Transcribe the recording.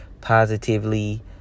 positively